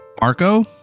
marco